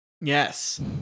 yes